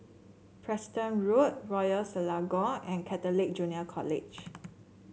Preston Road Royal Selangor and Catholic Junior College